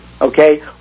okay